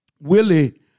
Willie